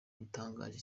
gitangaje